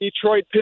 Detroit